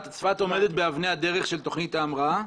צפת עומדת באבני הדרך של תוכנית ההמראה?